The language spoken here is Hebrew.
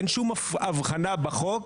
אין שום הבחנה בחוק,